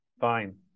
fine